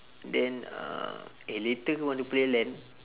then uh eh later want to play LAN